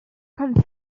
können